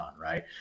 right